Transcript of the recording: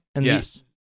Yes